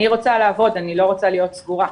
אני רוצה לעבוד, אני לא רוצה להיות סגורה.